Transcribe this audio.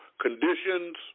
conditions